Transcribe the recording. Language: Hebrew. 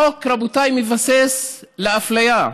החוק, רבותיי, מבסס אפליה,